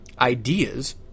ideas